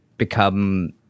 become